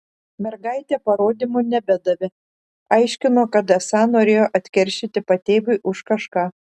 mergaitė parodymų nebedavė aiškino kad esą norėjo atkeršyti patėviui už kažką